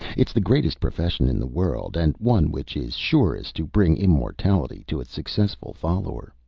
it's the greatest profession in the world, and one which is surest to bring immortality to its successful follower.